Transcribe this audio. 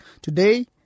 Today